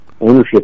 ownership